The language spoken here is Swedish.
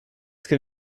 ska